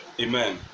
Amen